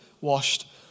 washed